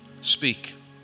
speak